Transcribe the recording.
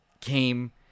came